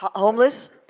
homeless,